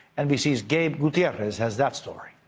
nbc's gabe gutierrez has that story.